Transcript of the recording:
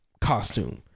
costume